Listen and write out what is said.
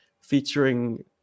featuring